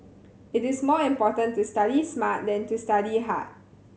it is more important to study smart than to study hard